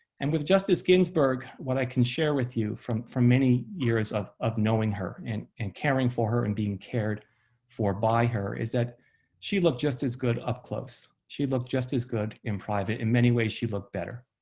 and with justice ginsburg what i can share with you from for many years of of knowing her, and and caring for her, and being cared for by her is that she looked just as good up close. she looked just as good in private. in many ways, she looked better.